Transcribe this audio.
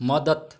मदत